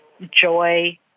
joy